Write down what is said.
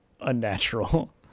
unnatural